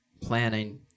planning